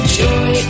joy